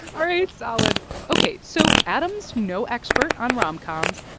all right. solid ok. so adam's no expert on rom-coms,